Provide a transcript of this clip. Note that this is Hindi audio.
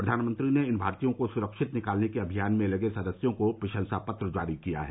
प्रधानमंत्री ने इन भारतीयों को सुरक्षित निकालने के अभियान में लगे सदस्यों को प्रशंसा पत्र जारी किया है